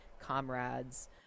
comrades